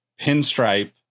pinstripe